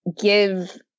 give